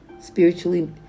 spiritually